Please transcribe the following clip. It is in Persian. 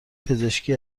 پزشکی